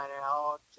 out